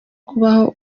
kubaho